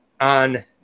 on